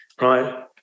right